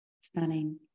Stunning